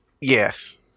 Yes